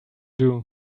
trying